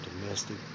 domestic